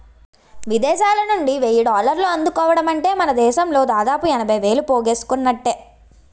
విదేశాలనుండి వెయ్యి డాలర్లు అందుకోవడమంటే మనదేశంలో దాదాపు ఎనభై వేలు పోగేసుకున్నట్టే